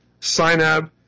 Sinab